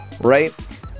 right